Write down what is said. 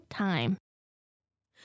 time